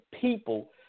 people